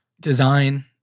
design